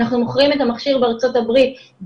אנחנו מוכרים את המכשיר בארצות הברית.